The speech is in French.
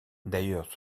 d’ailleurs